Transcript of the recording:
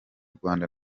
rwanda